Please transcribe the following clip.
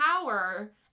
power